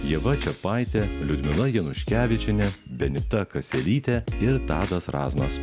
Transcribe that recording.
ieva čiapaitė liudmila januškevičienė benita kaselytė ir tadas razmas